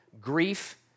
grief